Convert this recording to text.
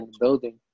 building